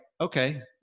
okay